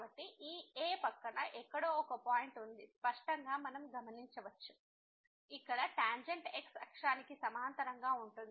కాబట్టి ఈ a పక్కన ఎక్కడో ఒక పాయింట్ ఉంది స్పష్టంగా మనం గమనించవచ్చు ఇక్కడ టాంజెంట్ x అక్షానికి సమాంతరంగా ఉంటుంది